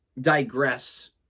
digress